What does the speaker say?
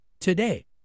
today